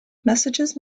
messages